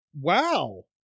Wow